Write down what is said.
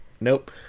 Nope